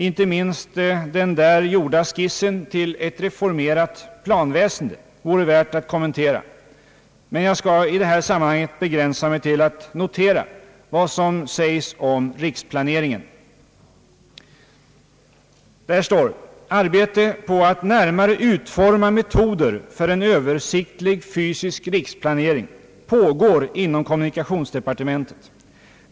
Inte minst den där gjorda skissen till ett reformerat planväsende vore värd att kommentera, men jag skall i det här sammanhanget begränsa mig till att notera vad som sägs om riksplaneringen. Där står: »Arbete på att närmare utforma metoder för en översiktlig fysisk riksplanering pågår inom kommunikationsdepartementet.